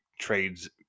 trades